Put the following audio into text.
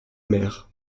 mer